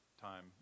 time